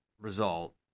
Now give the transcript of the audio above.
result